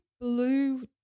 blue